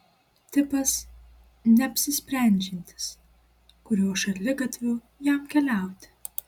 tipas neapsisprendžiantis kuriuo šaligatviu jam keliauti